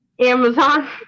Amazon